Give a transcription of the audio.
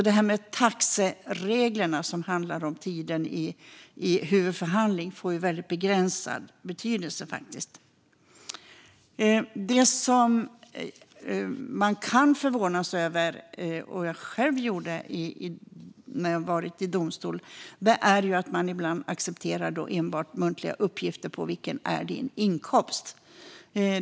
Det här med taxereglerna, som handlar om tiden i huvudförhandling, får därför väldigt begränsad betydelse. Det man kan förvånas över - vilket jag själv har gjort när jag har varit i domstolar - är att domstolen ibland accepterar enbart muntliga uppgifter när det gäller en persons inkomst.